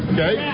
Okay